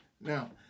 now